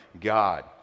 God